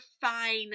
fine